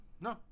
No